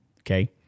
Okay